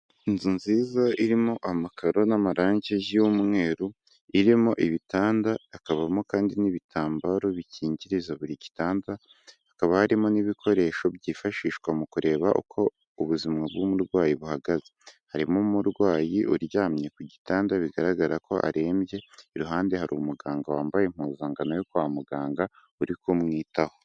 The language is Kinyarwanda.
Inzu nziza irimo amakaro n'amarange y'umweru, irimo ibitanda, hakabamo kandi n'ibitambaro bikingiriza buri gitanda, hakaba harimo n'ibikoresho byifashishwa mu kureba uko ubuzima bw'umurwayi buhagaze, harimo umurwayi uryamye ku gitanda bigaragara ko arembye, iruhande hari umuganga wambaye impuzangano yo kwa muganga uri kumwitaho.